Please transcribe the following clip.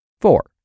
Four